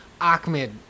Ahmed